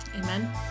Amen